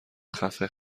خفه